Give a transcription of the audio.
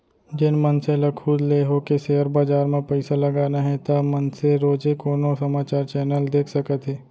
जेन मनसे ल खुद ले होके सेयर बजार म पइसा लगाना हे ता मनसे रोजे कोनो समाचार चैनल देख सकत हे